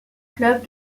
clubs